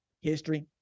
history